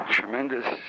tremendous